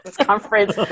conference